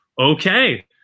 Okay